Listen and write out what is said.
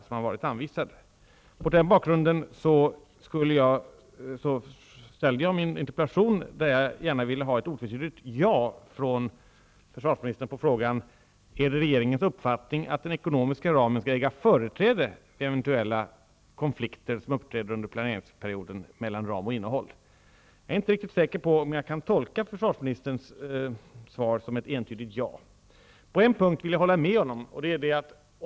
Jag ställde min interpellation mot den bakgrunden, och jag skulle gärna vilja ha ett otvetydigt ja från försvarsministern på frågan om det är regeringens uppfattning att den ekonomiska ramen skall äga företräde vid eventuella konflikter mellan ram och innehåll som kan uppträda under planeringsperioden. Jag är inte säker på om jag kan tolka försvarsministerns svar som ett entydigt ja. Jag kan hålla med försvarsministern på en punkt.